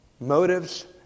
motives